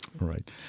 Right